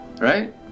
right